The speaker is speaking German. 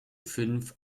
fünf